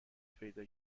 پیدا